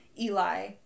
Eli